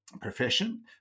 profession